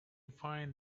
find